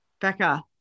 Becca